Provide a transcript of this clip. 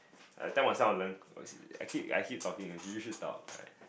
I'll tell myself I wanna learn I keep I keep talking you you should talk right